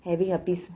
having a peace